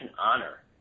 honor